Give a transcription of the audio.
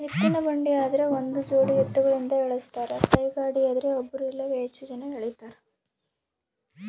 ಎತ್ತಿನಬಂಡಿ ಆದ್ರ ಒಂದುಜೋಡಿ ಎತ್ತುಗಳಿಂದ ಎಳಸ್ತಾರ ಕೈಗಾಡಿಯದ್ರೆ ಒಬ್ರು ಇಲ್ಲವೇ ಹೆಚ್ಚು ಜನ ಎಳೀತಾರ